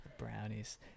brownies